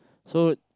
so